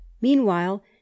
meanwhile